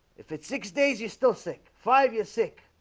if it's six days. you still sick five years sick,